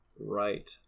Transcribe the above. Right